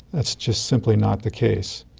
it's just simply not the case.